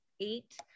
eight